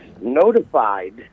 notified